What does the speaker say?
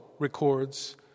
records